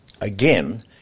again